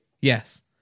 yes